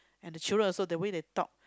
and the children also the way they talk